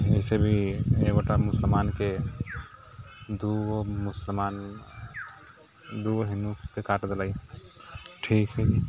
एहिसे भी एक गोटा मुसलमानके दू गो मुसलमान दू गो हिन्दूके काटि देलै ठीक है